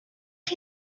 chi